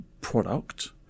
product